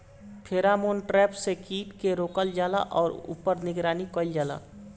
Pheromone trap से कीट के रोकल जाला और ऊपर निगरानी कइल जाला?